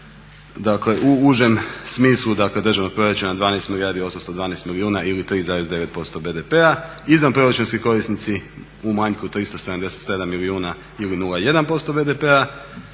je bio u užem smislu državnog proračuna 12 milijardi 812 milijuna ili 3,9% BDP-a, izvanproračunski korisnici u manjku 377 milijuna ili 0,1% BDP-a